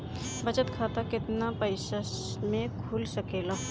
बचत खाता केतना पइसा मे खुल सकेला?